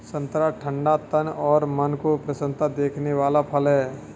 संतरा ठंडा तन और मन को प्रसन्नता देने वाला फल है